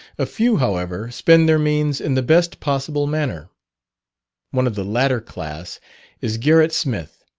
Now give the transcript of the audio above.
a few, however, spend their means in the best possible manner one of the latter class is gerrit smith.